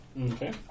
Okay